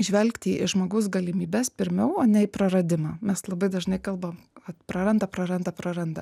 žvelgti į žmogaus galimybes pirmiau o ne į praradimą mes labai dažnai kalbam kad praranda praranda praranda